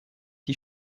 die